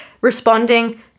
responding